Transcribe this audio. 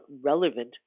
relevant